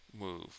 move